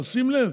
אבל שים לב